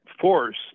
force